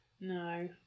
no